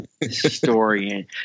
historian